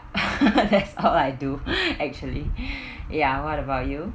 that's all I do actually ya what about you